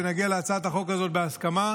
ונגיע להצעת החוק הזאת בהסכמה,